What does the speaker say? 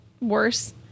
worse